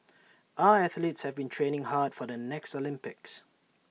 our athletes have been training hard for the next Olympics